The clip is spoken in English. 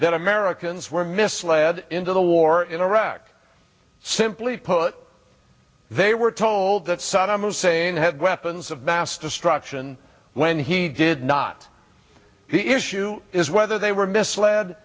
that americans were misled into the war in iraq simply put they were told that saddam hussein had weapons of mass destruction when he did not the issue is whether they were misled